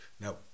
no